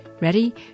Ready